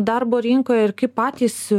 darbo rinkoje ir kaip patys